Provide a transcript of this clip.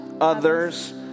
others